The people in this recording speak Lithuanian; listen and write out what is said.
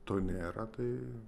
to nėra tai